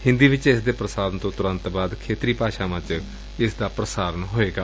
ਹਿੰਦੀ ਵਿਚ ਇਸ ਦੇ ਪ੍ਸਾਰਣ ਤੋਂ ਤੁਰੰਤ ਬਾਅਦ ਖੇਤਰੀ ਭਾਸ਼ਾਵਾਂ ਚ ਏਸ ਦਾ ਪ੍ਸਾਰਣ ਕੀਤਾ ਜਾਏਗਾ